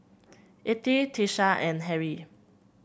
Ethyl Tiesha and Harrie